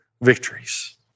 victories